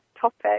topic